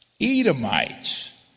Edomites